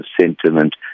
sentiment